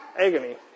agony